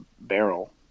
barrel